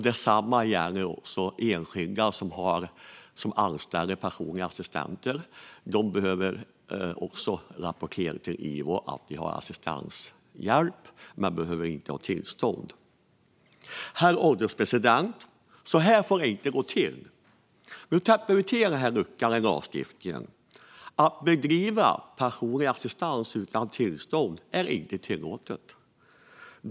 Detsamma gäller enskilda som anställer personliga assistenter; de behöver också rapportera till Ivo att de har assistanshjälp, men de behöver inte ha tillstånd. Herr ålderspresident! Så här får det inte gå till. Nu täpper vi till den här luckan i lagstiftningen. Att bedriva personlig assistans utan tillstånd är inte tillåtet.